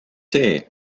see